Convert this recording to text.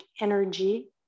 energy